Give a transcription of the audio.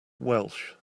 welch